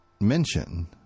mention